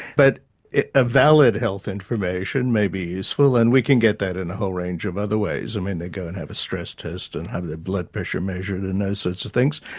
but ah valid health information may be useful, and we can get that in a whole range of other ways. i mean, they go and have a stress test and have their blood pressure measured and those sorts of things,